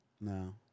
No